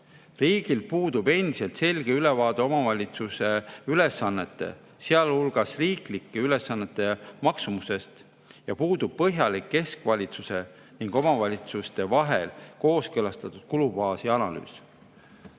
Riigil puudub endiselt selge ülevaade omavalitsuse ülesannete, sealhulgas riiklike ülesannete maksumusest ja puudub põhjalik keskvalitsuse ja omavalitsuste vahel kooskõlastatud kulubaasi analüüs. Ja